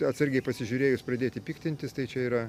atsargiai pasižiūrėjus pradėti piktintis tai čia yra